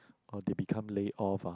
or they become lay off ah